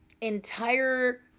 entire